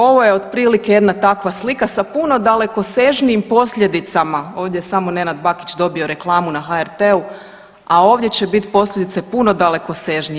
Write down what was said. Ovo je otprilike jedna takva slika sa puno dalekosežnijim posljedicama, ovdje je samo Nenad Bakić dobio reklamu na HRT-u, a ovdje će biti posljedice puno dalekosežnije.